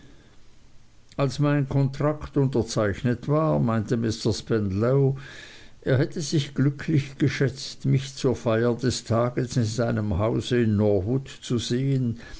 als mein kontrakt unterzeichnet war meinte mr spenlow er hätte sich glücklich geschätzt mich zur feier des tags in seinem haus in norwood zu sehen